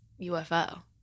UFO